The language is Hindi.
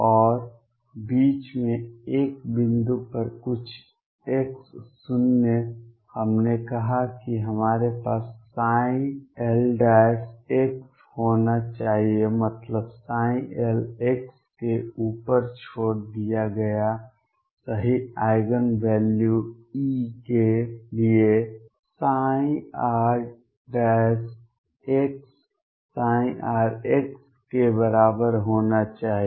और बीच में एक बिंदु पर कुछ x शून्य हमने कहा कि हमारे पास l होना चाहिए मतलब l के ऊपर छोड़ दिया गया सही आइगेन वैल्यू E के लिए rr के बराबर होना चाहिए